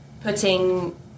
putting